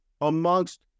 amongst